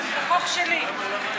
בבקשה.